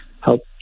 help